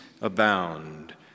abound